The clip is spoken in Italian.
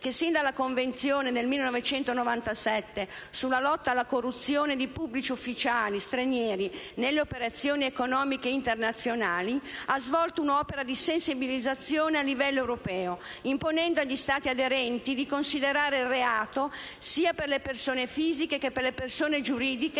che sin dalla Convenzione del 1997 sulla lotta alla corruzione di pubblici ufficiali stranieri nelle operazioni economiche internazionali ha svolto un'opera di sensibilizzazione a livello europeo, imponendo agli Stati aderenti di considerare reato, sia per le persone fisiche che per le persone giuridiche,